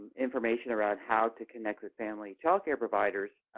information around how to connect with family childcare providers.